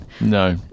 No